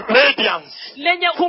radiance